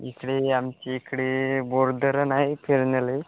इकडे आमची इकडे बोरधरण आहे फिरण्यालायक